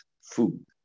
food